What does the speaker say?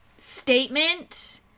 statement